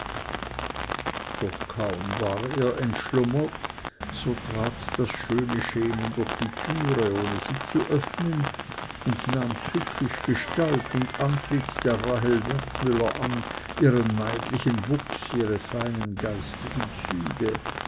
doch kaum war er entschlummert so trat das schöne schemen durch die türe ohne sie zu öffnen und nahm tückisch gestalt und antlitz der rahel wertmüller an ihren maidlichen wuchs ihre feinen geistigen züge